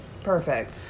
Perfect